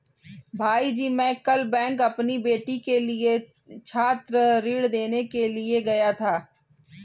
भाईजी मैं कल बैंक अपनी बेटी के लिए छात्र ऋण लेने के लिए गया था